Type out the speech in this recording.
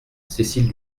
cécile